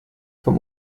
vom